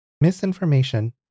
Misinformation